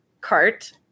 cart